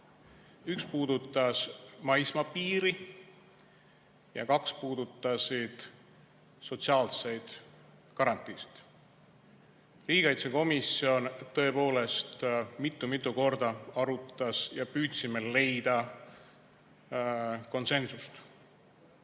üks puudutas maismaapiiri ja kaks puudutasid sotsiaalseid garantiisid. Riigikaitsekomisjon tõepoolest mitu-mitu korda arutas ja me püüdsime leida konsensust.